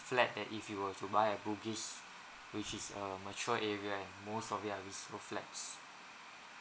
flat that if you were to buy a bugis which is a mature area and most of it are resold flats